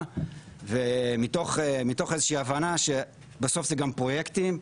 ומתוך איזושהי הבנה שבסוף זה גם פרויקטים,